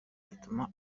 bituma